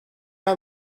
are